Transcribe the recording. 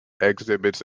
exhibits